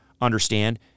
understand